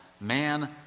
man